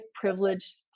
privileged